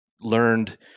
learned